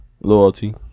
Loyalty